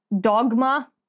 dogma